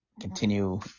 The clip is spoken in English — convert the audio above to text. continue